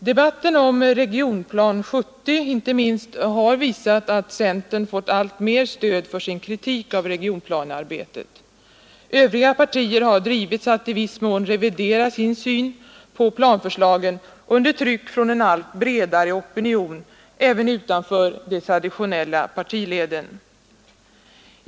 Debatten om Regionplan 70 har visat att centern fått alltmer stöd för sin kritik av regionplanearbetet. Övriga partier har drivits att i viss mån revidera sin syn på planförslagen under tryck från en allt bredare opinion även utanför de traditionella partileden.